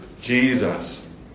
Jesus